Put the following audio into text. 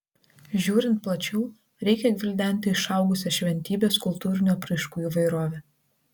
žiūrint plačiau reikia gvildenti išaugusią šventybės kultūrinių apraiškų įvairovę